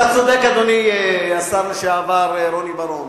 אתה צודק, אדוני השר לשעבר רוני בר-און.